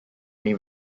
may